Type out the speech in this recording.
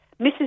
Mrs